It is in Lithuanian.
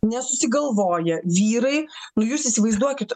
nesusigalvoja vyrai nu jūs įsivaizduokit